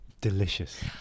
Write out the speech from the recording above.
Delicious